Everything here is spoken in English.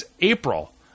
April